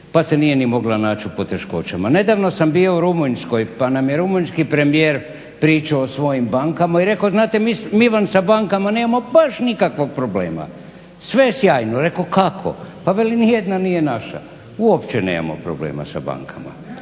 pa se nije ni mogla naći u poteškoćama. Nedavno sam bio u Rumunjskoj pa nam je rumunjski premijer pričao o svojim bankama i rekao znate mi vam sa bankama nemamo baš nikakvog problema. Sve je sjajno. Rekoh kako? Pa veli nijedna nije naša. Uopće nemamo problema sa bankama.